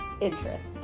interest